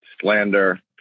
slander